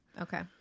okay